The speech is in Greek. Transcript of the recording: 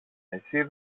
εσύ